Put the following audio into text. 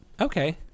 Okay